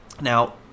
Now